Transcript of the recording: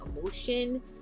Emotion